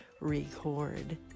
record